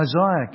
Isaiah